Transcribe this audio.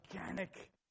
organic